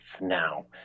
now